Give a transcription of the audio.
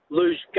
lose